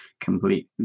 complete